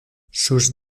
sus